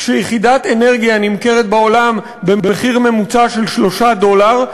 כשיחידת אנרגיה נמכרת בעולם במחיר ממוצע של 3 דולר,